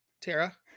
Tara